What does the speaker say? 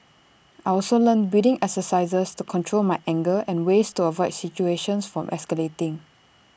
I also learnt breathing exercises to control my anger and ways to avoid situations from escalating